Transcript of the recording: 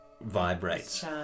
vibrates